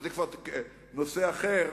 אבל זה כבר נושא אחר,